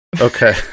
Okay